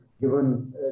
given